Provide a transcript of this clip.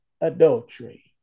adultery